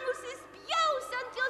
nusispjausiu ant jo